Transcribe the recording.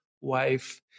wife